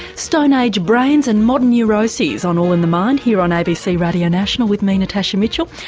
stone age brains and modern neuroses on all in the mind, here on abc radio national with me, natasha mitchell,